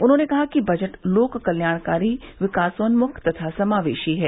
उन्होंने कहा कि बजट लोक कल्याणकारी विकासोन्मुख तथा समावेशी है